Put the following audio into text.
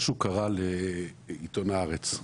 משהו קרה לעיתון "הארץ".